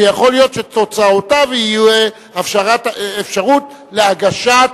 שיכול להיות שתוצאותיו יהיו אפשרות להגשת